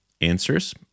answers